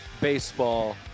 baseball